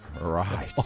Right